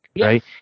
right